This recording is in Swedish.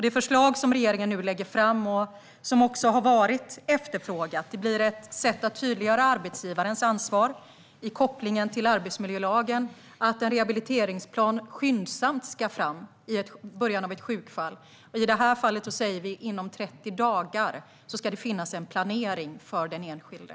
Det förslag som regeringen nu lägger fram och som har varit efterfrågat blir ett sätt att tydliggöra arbetsgivarens ansvar med koppling till arbetsmiljölagen för att en rehabiliteringsplan skyndsamt ska tas fram i början av ett sjukfall. I detta fall säger vi att det inom 30 dagar ska finnas en planering för den enskilde.